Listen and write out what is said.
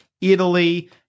Italy